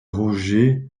roger